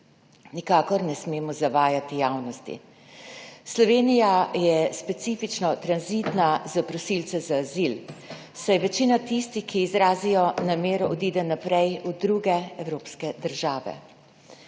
Nikakor ne smemo zavajati javnosti. Slovenija je specifično tranzitna za prosilce za azil, saj večina tistih, ki izrazijo namero, odide naprej v druge evropske države.